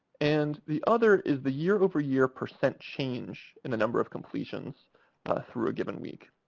and the other is the year over year percent change in the number of completions through a given week.